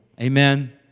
Amen